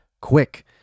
quick